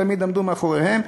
תמיד עמדו מאחוריהן.